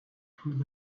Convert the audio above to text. through